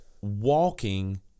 walking